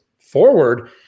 forward